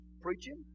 preaching